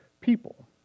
people